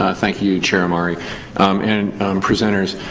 ah thank you, chair omari and presenters.